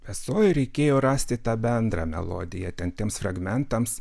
peso ir reikėjo rasti tą bendrą melodiją ten tiems fragmentams